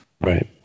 Right